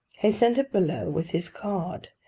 he sent it below with his card,